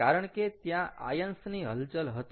કારણ કે ત્યાં આયન્સની હલચલ હતી